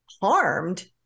harmed